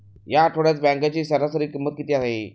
या आठवड्यात वांग्याची सरासरी किंमत किती आहे?